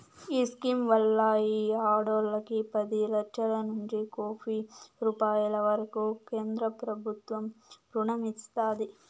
ఈ స్కీమ్ వల్ల ఈ ఆడోల్లకి పది లచ్చలనుంచి కోపి రూపాయిల వరకూ కేంద్రబుత్వం రుణం ఇస్తాది